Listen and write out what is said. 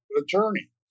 attorney